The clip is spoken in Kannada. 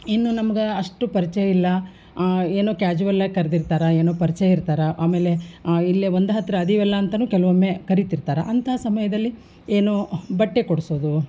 ಇನ್ನು ನಮ್ಗೆ ಅಷ್ಟು ಪರಿಚಯ ಇಲ್ಲ ಏನೋ ಕ್ಯಾಶುವಲ್ಲಾಗಿ ಕರ್ದಿರ್ತಾರೆ ಏನೋ ಪರಿಚಯ ಇರ್ತಾರೆ ಆಮೇಲೆ ಇಲ್ಲೇ ಒಂದು ಹತ್ತಿರ ಇದೀವಲ್ಲ ಅಂತಾನೂ ಕೆಲವೊಮ್ಮೆ ಕರೀತಿರ್ತಾರೆ ಅಂತಹ ಸಮಯದಲ್ಲಿ ಏನೋ ಬಟ್ಟೆ ಕೊಡಿಸೋದು